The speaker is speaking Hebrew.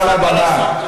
מעל הבמה.